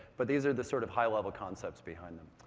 but these are the sort of high-level concepts behind them.